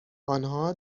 آنها